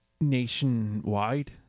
nationwide